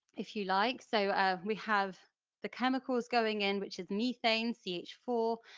if you like. so um we have the chemicals going in which is methane, c h four,